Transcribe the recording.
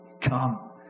come